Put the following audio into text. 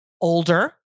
older